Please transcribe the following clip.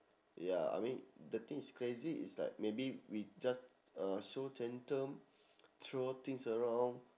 ya I mean the thing is crazy is like maybe we just uh show tantrum throw things around